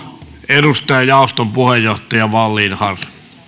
edustaja jaoston puheenjohtaja wallin harry